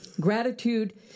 Gratitude